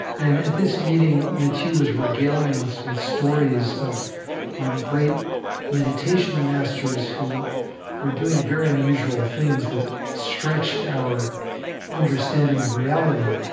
and at this meeting, matthieu was regaling us with stories of um great meditation masters who were doing very unusual things that stretched our understanding of reality.